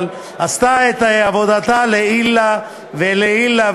אבל עשתה את עבודתה לעילא ולעילא,